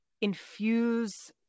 infuse